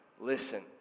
listen